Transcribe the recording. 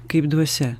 kaip dvasia